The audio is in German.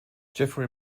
jeffrey